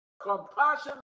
Compassion